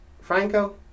Franco